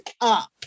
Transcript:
up